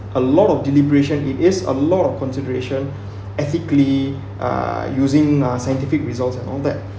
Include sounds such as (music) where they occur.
a lot of deliberation it is a lot of consideration (breath) ethically uh using uh scientific results and all that